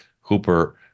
Hooper